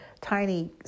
tiny